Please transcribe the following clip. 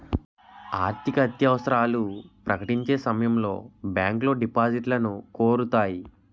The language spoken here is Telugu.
ఆర్థికత్యవసరాలు ప్రకటించే సమయంలో బ్యాంకులో డిపాజిట్లను కోరుతాయి